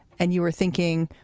and you were thinking,